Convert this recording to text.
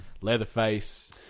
Leatherface